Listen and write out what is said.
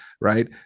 right